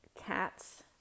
cats